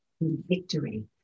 victory